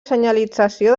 senyalització